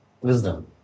Wisdom